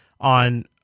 on